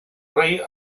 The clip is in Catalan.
rei